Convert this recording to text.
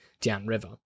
downriver